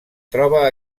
troba